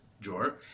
drawer